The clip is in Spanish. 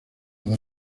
edad